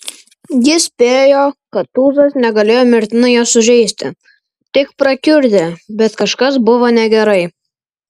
jis spėjo kad tūzas negalėjo mirtinai jo sužeisti tik prakiurdė bet kažkas buvo negerai